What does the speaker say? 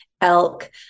elk